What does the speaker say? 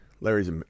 Larry's